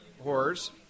Horrors